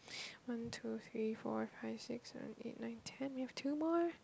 one two three four five six seven eight nine ten we have two more